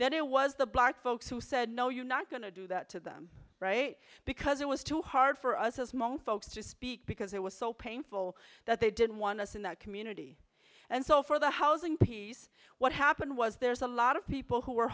that it was the black folks who said no you're not going to do that to them because it was too hard for us as hmong folks to speak because it was so painful that they didn't want us in that community and so for the housing piece what happened was there's a lot of people who were